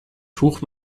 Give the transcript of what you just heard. tuch